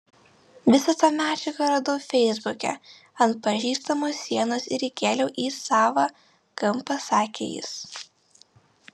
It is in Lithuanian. visą tą medžiagą radau feisbuke ant pažįstamo sienos ir įkėliau į savą kampą sakė jis